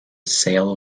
sail